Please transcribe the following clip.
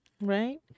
right